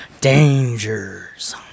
Dangers